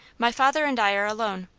my father and i are alone.